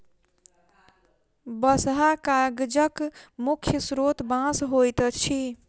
बँसहा कागजक मुख्य स्रोत बाँस होइत अछि